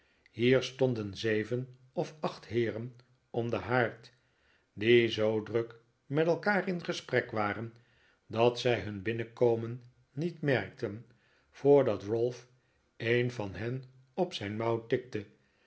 hier stonden zeven of acht heeren om den haard die zoo druk met elkaar in gesprek waren dat zij hun binnenkomen niet merkten voordat ralph een van hen op zijn mouw tikte